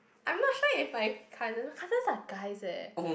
I'm not sure if my cousin my cousins are guys leh